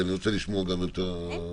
אני רוצה לשמוע גם את האחרים.